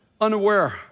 unaware